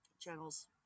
channels